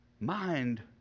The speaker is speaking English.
mind